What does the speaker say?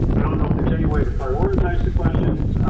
i don't know if there's any way to prioritize the questions.